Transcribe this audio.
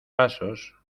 pasos